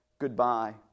goodbye